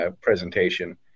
presentation